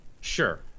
Sure